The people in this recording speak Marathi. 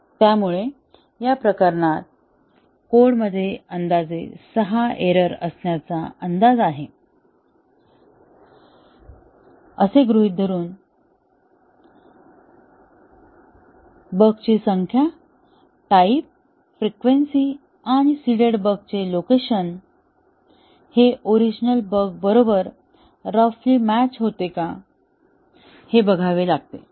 त्यामुळे या प्रकरणात कोडमध्ये अंदाजे 6 एरर असण्याचा अंदाज आहे असे गृहीत धरून सॉरीची संख्या टाईप फ्रिक्वेन्सी आणि सीडेड बगचे लोकेशन हे ओरिजिनल बग बरोबर रफली मॅच होते का हे बघावे लागते